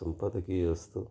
संपादकीय असतं